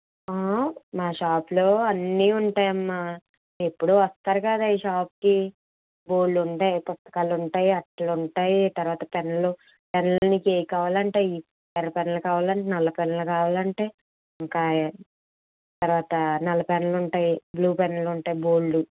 మా షాప్లో అన్నీ ఉంటాయమ్మ ఎప్పుడు వస్తారు కదా ఈ షాప్కి బోలెడు ఉంటాయి పుస్తకాలు ఉంటాయి అట్టలు ఉంటాయి తర్వాత పెన్నులు పెన్నులు మీకు ఏవి కావాలంటే అవి ఎర్ర పెన్నులు కావాలంటే నల్ల పెన్నులు కావాలంటే ఇంకా తర్వాత నల్ల పెన్నులు ఉంటాయి బ్లూ పెన్నులు ఉంటాయి బోలెడు